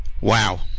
Wow